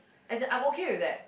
as in I'm okay with that